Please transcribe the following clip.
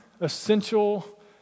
essential